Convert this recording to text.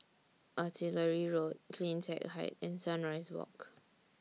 Artillery Road CleanTech Height and Sunrise Walk